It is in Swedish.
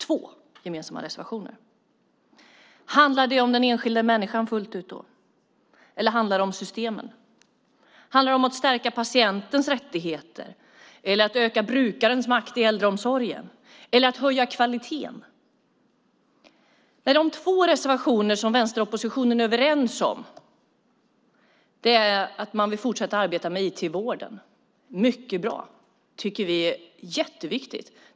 Handlar det då fullt ut om den enskilda människan, eller handlar det om systemen? Handlar det om att stärka patientens rättigheter, om att öka brukarens makt i äldreomsorgen eller om att höja kvaliteten? Nej, de två reservationer som vänsteroppositionen är överens om handlar om att man vill fortsätta att arbeta med IT i vården. Det är mycket bra; det tycker vi är jätteviktigt.